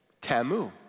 tamu